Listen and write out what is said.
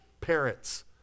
parents